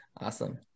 Awesome